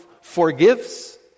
forgives